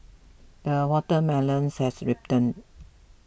the watermelons has ripened